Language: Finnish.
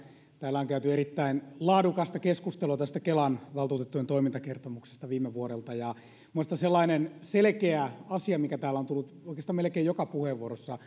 täällä on käyty erittäin laadukasta keskustelua tästä kelan valtuutettujen toimintakertomuksesta viime vuodelta minun mielestäni sellainen selkeä asia mikä täällä on tullut oikeastaan melkein jokaisessa puheenvuorossa